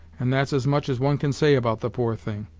and that's as much as one can say about the poor thing.